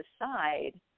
decide